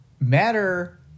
Matter